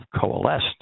coalesced